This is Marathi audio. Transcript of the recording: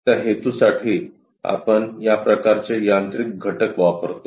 त्या हेतूसाठी आपण या प्रकारचे यांत्रिक घटक वापरतो